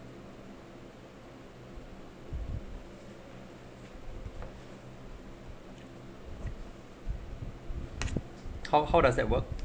how how does that work